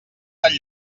del